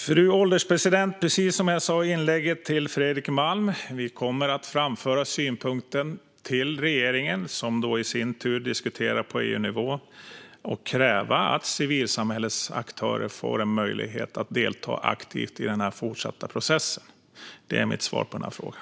Fru ålderspresident! Precis som jag sa i repliken till Fredrik Malm kommer vi att framföra den synpunkten till regeringen, som i sin tur kommer att diskutera på EU-nivå och kräva att civilsamhällets aktörer får möjlighet att delta aktivt i den fortsatta processen. Det är mitt svar på den frågan.